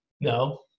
No